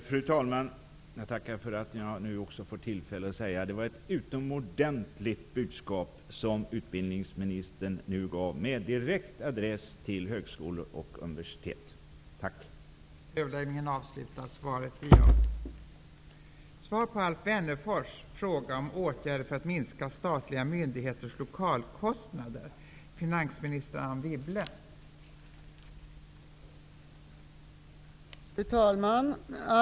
Fru talman! Jag tackar för att jag också får tillfälle att säga att det var ett utomordentligt budskap som utbildningministern nu gav med direkt adress till högskolor och universitet. Tack!